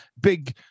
big